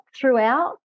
throughout